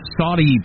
Saudi